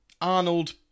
Arnold